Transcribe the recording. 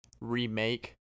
remake